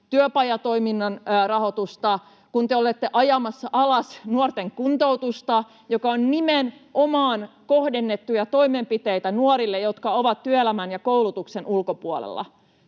työpajatoiminnan rahoitusta, kun te olette ajamassa alas nuorten kuntoutusta — nämä ovat nimenomaan kohdennettuja toimenpiteitä nuorille, jotka ovat työelämän ja koulutuksen ulkopuolella.